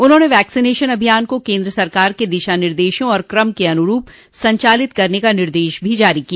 उन्होंने वैक्सीनेशन अभियान को केन्द्र सरकार के दिशा निर्देशों और क्रम के अनुरूप संचालित करने का निर्देश भी जारी किया